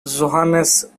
johannes